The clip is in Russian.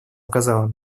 указал